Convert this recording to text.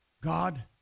God